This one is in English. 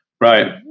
Right